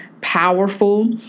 powerful